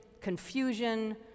confusion